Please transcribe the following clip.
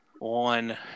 on